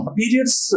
periods